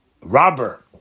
robber